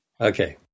Okay